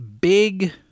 big